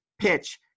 PITCH